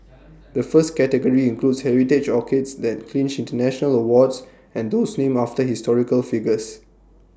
the first category includes heritage orchids that clinched International awards and those named after historical figures